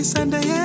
Sunday